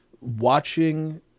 watching